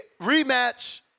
Rematch